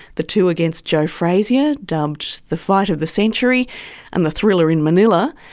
the two against joe frazier yeah dubbed the fight of the century and the thrilla in manilla.